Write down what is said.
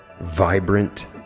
vibrant